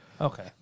okay